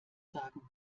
sagen